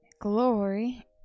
Glory